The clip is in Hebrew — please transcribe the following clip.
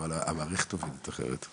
אבל המערכת עובדת אחרת.